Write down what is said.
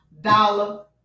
dollar